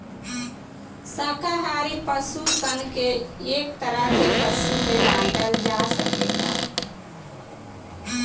शाकाहारी पशु सन के एक तरह के पशु में बाँटल जा सकेला